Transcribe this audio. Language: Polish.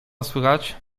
słychać